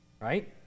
Right